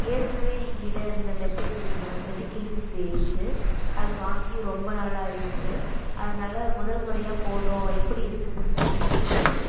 ஏற்கனவே என்கிட்ட இருந்த மெத்தை விரிப்பு வந்துட்டு கிழிஞ்சி போயிருச்சு அது வாங்கி ரொம்ப நாள் ஆயிடுச்சு அதனாலே முதல் முறையாக போடுறோம் எப்படி இருக்குதுன்னு தெரிலைன்னு சொல்லிவிட்டு